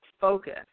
focus